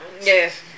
Yes